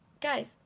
guys